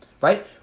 right